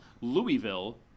Louisville